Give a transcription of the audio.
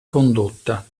condotta